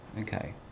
Okay